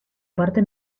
parte